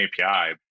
API